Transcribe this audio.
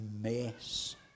mess